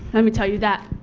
let me tell you that.